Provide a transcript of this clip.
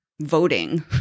voting